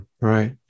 Right